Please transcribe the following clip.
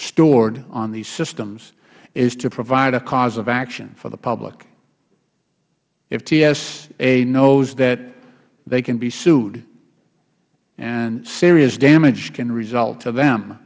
stored on these systems is to provide a cause of action for the public if tsa knows that they can be sued and serious damage can result to them